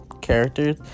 characters